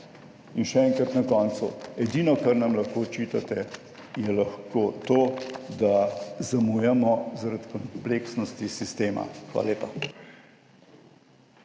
In še enkrat na koncu, edino kar nam lahko očitate je lahko to, da zamujamo zaradi kompleksnosti sistema. Hvala lepa.